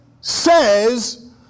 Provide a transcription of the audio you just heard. says